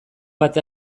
bat